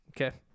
okay